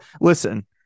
listen